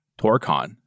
Torcon